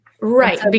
Right